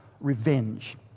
revenge